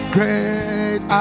Great